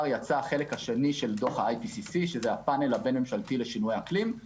יצא החלק השני של הפאנל הבין-ממשלתי לשינויי אקלים,